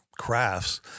crafts